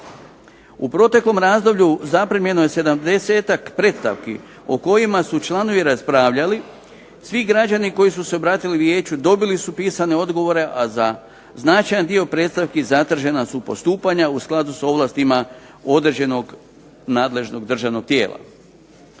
U proteklom razdoblju zaprimljeno je 70-ak predstavki o kojima su članovi raspravljali. Svi građani koji su se obratili vijeću dobili su pisane odgovore, a za značajan dio predstavki zatražena su postupanja u skladu s ovlastima određenog nadležnog državnog tijela.